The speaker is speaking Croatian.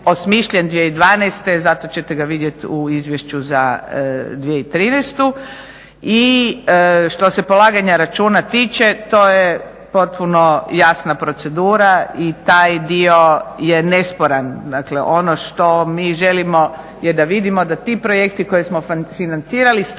osmišljen 2012. zato će te ga vidjeti u izvješću za 2013. i što se polaganja računa tiče to je potpuno jasna procedura i taj dio je nesporan, dakle ono što mi želimo je da vidimo da ti projekti koje smo financirali